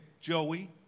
Joey